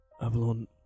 Avalon